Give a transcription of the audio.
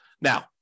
Now